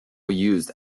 used